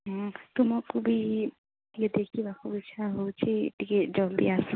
ହୁଁ ତୁମକୁ ବି ଟିକେ ଦେଖିବାକୁ ଇଚ୍ଛା ହେଉଛି ଟିକେ ଜଲ୍ଦି ଆସ